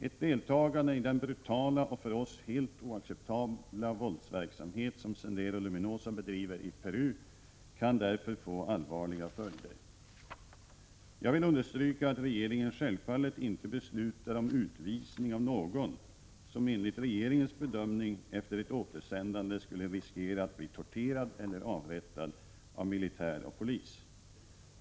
Ett deltagande i den brutala och för oss helt oacceptabla våldsverksamhet som Sendero Luminoso bedriver i Peru kan därför få allvarliga följder. Jag vill understryka att regeringen självfallet inte beslutar om utvisning av någon som enligt regeringens bedömning efter ett återsändande skulle riskera att bli torterad eller avrättad av militär och polis.